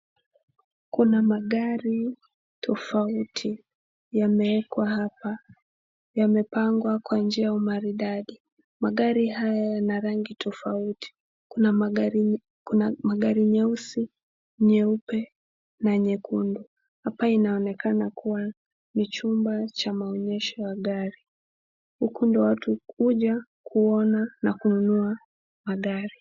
Kuna magari tofauti yamewekwa hapa. Yamepangwa kwa njia ya umaridadi. Magari haya yana rangi tofauti. Kuna magari nyeusi, nyeupe na nyekundu. Hapa inaonekana kuwa ni chumba cha maonyesho ya magari. Huku ndio watu hukuja kuona na kununua magari.